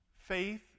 Faith